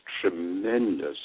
tremendous